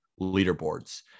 leaderboards